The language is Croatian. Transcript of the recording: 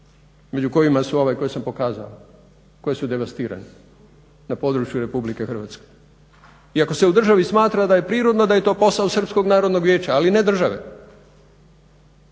među kojima su ove koje sam pokazao koji su devastirani na području RH i ako se u državi smatra da je prirodno da je to posao Srpskog narodnog vijeća, ali ne države.